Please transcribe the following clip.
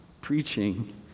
preaching